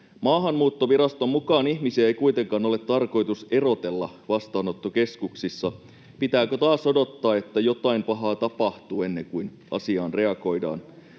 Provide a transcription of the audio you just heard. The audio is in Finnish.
Maahanmuuttoviraston mukaan ihmisiä ei kuitenkaan ole tarkoitus erotella vastaanottokeskuksissa. Pitääkö taas odottaa, että jotain pahaa tapahtuu, ennen kuin asiaan reagoidaan?